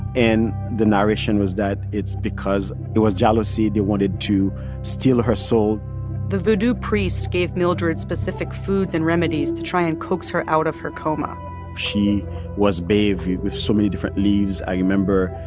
and the narration was that it's because it was jealousy. they wanted to steal her soul the voodoo priest gave mildred specific foods and remedies to try and coax her out of her coma she was bathed with so many different leaves. i remember,